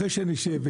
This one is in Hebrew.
אחרי שנשב,